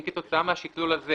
אם כתוצאה מהשקלול הזה